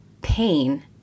pain